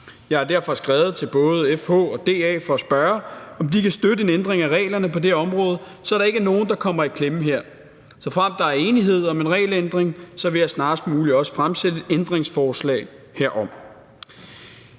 Jeg har derfor skrevet til både FH og DA for at spørge, om de kan støtte en ændring af reglerne på det område, så der ikke er nogen, der kommer i klemme her. Såfremt der er enighed om en regelændring, vil jeg snarest muligt også fremsætte et ændringsforslag herom.